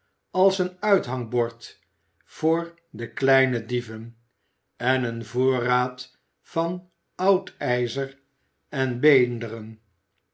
als een uithangbord voor de kleine dieven en een voorraad van oud ijzer en beenderen